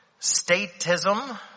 Statism